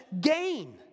gain